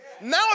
now